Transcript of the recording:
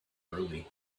early